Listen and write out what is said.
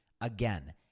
Again